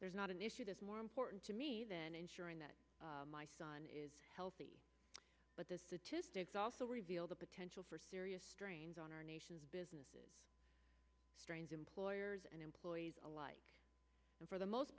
there's not an issue that's more important to me than ensuring that my son is healthy but the statistics also reveal the potential for serious strains on our nation's business strains employers and employees alike and for the most